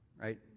right